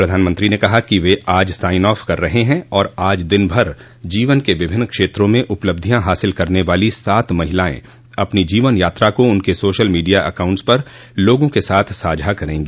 प्रधानमंत्री ने कहा कि वे आज साइन ऑफ कर रहे हैं और आज दिन भर जीवन के विभिन्न क्षेत्रों में उपलब्धियां हासिल करने वाली सात महिलायें अपनी जीवन यात्रा को उनके सोशल मीडिया एकाउंट्स पर लोगों के साथ साझा करेंगी